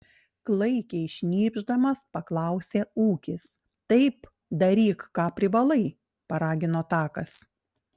klaikiai šnypšdamas paklausė ūkis taip daryk ką privalai paragino takas